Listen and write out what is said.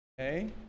okay